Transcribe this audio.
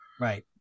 Right